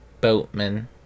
boatman